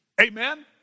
Amen